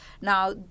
Now